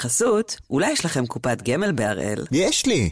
חסות, אולי יש לכם קופת גמל בהראל? יש לי!